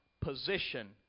position